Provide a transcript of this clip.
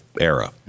era